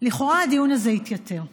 לכאורה הדיון הזה התייתר.